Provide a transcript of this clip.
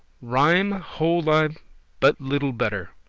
rhyme hold i but little better.